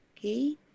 Okay